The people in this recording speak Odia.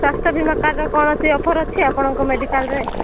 ସ୍ୱାସ୍ଥ୍ୟ ବୀମା କାର୍ଡ୍ର କୌଣସି ଅଫର ଅଛି ଆପଣଙ୍କ ମେଡ଼ିକାଲ୍ରେ